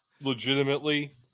legitimately